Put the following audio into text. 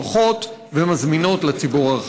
נוחות ומזמינות לציבור הרחב.